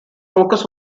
focus